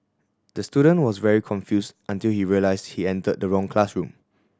the student was very confused until he realised he entered the wrong classroom